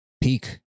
peak